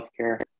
healthcare